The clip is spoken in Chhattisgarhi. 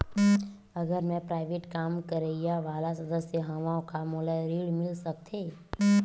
अगर मैं प्राइवेट काम करइया वाला सदस्य हावव का मोला ऋण मिल सकथे?